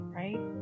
right